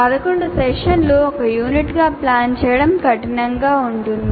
11 సెషన్లను ఒక యూనిట్గా ప్లాన్ చేయడం కఠినంగా ఉంటుంది